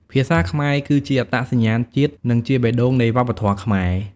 ភាសាខ្មែរគឺជាអត្តសញ្ញាណជាតិ និងជាបេះដូងនៃវប្បធម៌ខ្មែរ។